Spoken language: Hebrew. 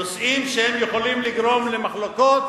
נושאים שיכולים לגרום למחלוקות,